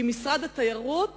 כי משרד התיירות